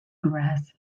grass